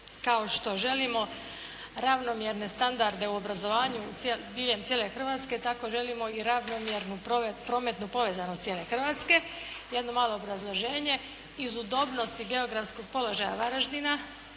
kao što želimo ravnomjerne standarde u obrazovanju diljem cijele Hrvatske, tako želimo i ravnomjernu prometnu povezanost cijele Hrvatske. Jedno malo obrazloženje. Iz udobnosti geografskog položaja Varaždina